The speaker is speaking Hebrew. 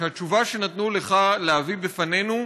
שהתשובה שנתנו לך להביא בפנינו,